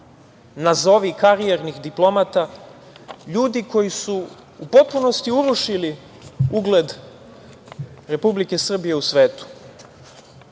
nazovi karijernih diplomata, ljudi koji su u potpunosti urušili ugled Republike Srbije u svetu.